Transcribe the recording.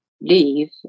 leave